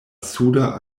suda